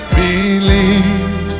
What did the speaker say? believe